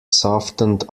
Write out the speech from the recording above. softened